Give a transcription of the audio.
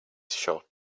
shop